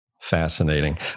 Fascinating